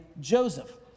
joseph